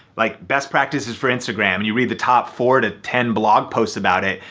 like best practices for instagram and you read the top four to ten blog posts about it,